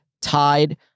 tied